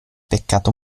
peccato